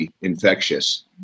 infectious